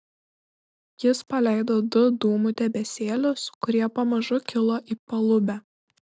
jis paleido du dūmų debesėlius kurie pamažu kilo į palubę